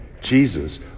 Jesus